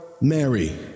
Mary